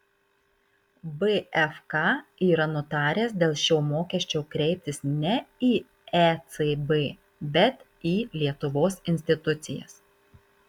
bfk yra nutaręs dėl šio mokesčio kreiptis ne į ecb bet į lietuvos institucijas